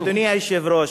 אדוני היושב-ראש,